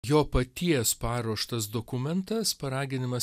jo paties paruoštas dokumentas paraginimas